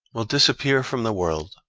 will disappear from the world,